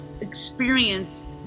experience